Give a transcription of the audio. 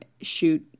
shoot